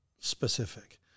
specific